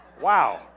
Wow